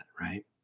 right